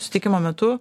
susitikimo metu